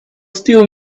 still